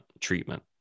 treatment